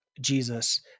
Jesus